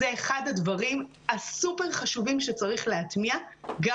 זה אחד הדברים הסופר חשובים שצריך להטמיע גם